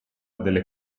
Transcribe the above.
delle